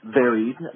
varied